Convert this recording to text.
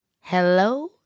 hello